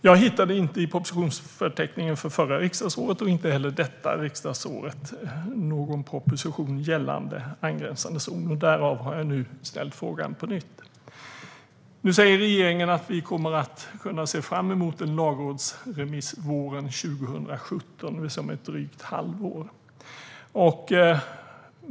Jag hittade inte någon proposition gällande angränsande zoner i propositionsförteckningen för förra riksdagsåret och inte heller för detta riksdagsår. Därför har jag nu ställt frågan på nytt. Nu säger regeringen att vi kommer att kunna se fram emot en lagrådsremiss våren 2017, det vill säga om ett drygt halvår.